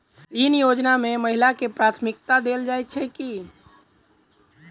ऋण योजना मे महिलाकेँ प्राथमिकता देल जाइत छैक की?